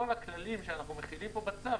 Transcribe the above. כל הכללים שאנחנו מחילים פה בצו,